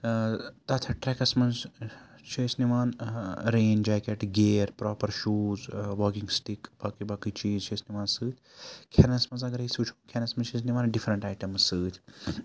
تَتھ ٹرٛٮ۪کَس منٛز چھُ أسۍ نِوان rain jacket gear proper shoes walking stick باقٕے باقٕے چیٖز چھِ أسۍ نِوان سۭتۍ کھٮ۪نَس منٛز اگر أسۍ وٕچھو کھٮ۪نَس منٛز چھِ أسۍ نِوان ڈِفرنٛٹ آیٹَمٕز سۭتۍ